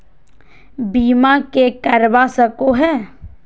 बीमा के करवा सको है?